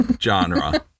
genre